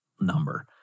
number